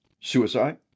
suicide